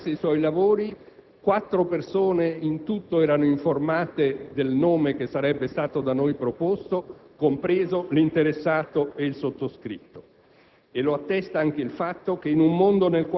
Mezz'ora prima che l'assemblea iniziasse i suoi lavori, quattro persone in tutto erano informate del nome che sarebbe stato da noi proposto, compreso l'interessato e il sottoscritto.